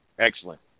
Excellent